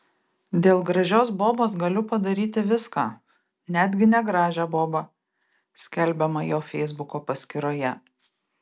dėl gražios bobos galiu padaryti viską netgi negražią bobą skelbiama jo feisbuko paskyroje